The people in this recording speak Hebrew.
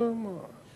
לא נתחמק משום דבר.